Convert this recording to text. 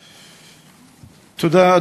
תודה.